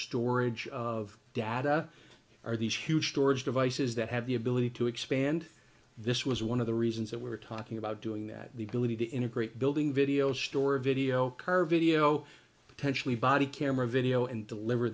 storage of data are these huge storage devices that have the ability to expand this was one of the reasons that we're talking about doing that the ability to integrate building video store video curve video potentially body camera video and deliver